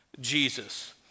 Jesus